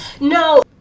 no